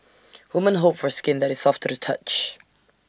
women hope for skin that is soft to the touch